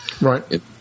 Right